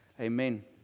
amen